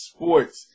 Sports